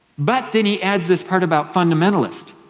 but then he adds this part about fundamentalist.